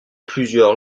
plusieurs